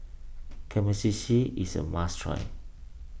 Kamameshi is a must try